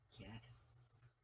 Yes